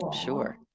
sure